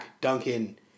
Duncan